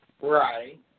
Right